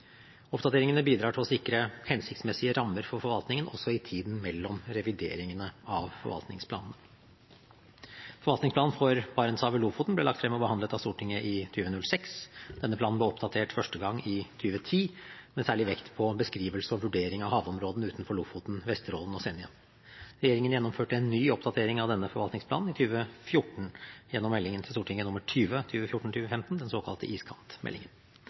Oppdateringene bidrar til å sikre hensiktsmessige rammer for forvaltningen også i tiden mellom revideringene av forvaltningsplanene. Forvaltningsplanen for Barentshavet – Lofoten ble lagt frem og behandlet av Stortinget i 2006. Denne planen ble oppdatert første gang i 2010 med særlig vekt på beskrivelse og vurdering av havområdene utenfor Lofoten, Vesterålen og Senja. Regjeringen gjennomførte en ny oppdatering av denne forvaltningsplanen i 2014 gjennom Meld. St. 20 for 2014–2015, den såkalte iskantmeldingen.